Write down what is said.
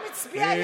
העם הצביע ימין.